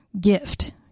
gift